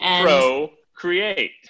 Procreate